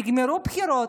נגמרו הבחירות,